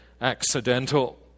accidental